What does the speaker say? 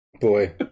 Boy